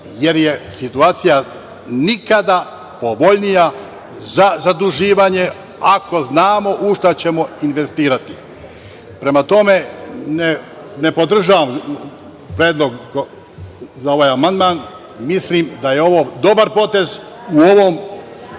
jer je situacija nikada povoljnija za zaduživanje ako znamo u šta ćemo investirati. Prema tome, ne podržavam predlog za ovaj amandman. Mislim da je ovo dobar potez u ovom